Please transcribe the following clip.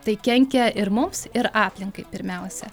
tai kenkia ir mums ir aplinkai pirmiausia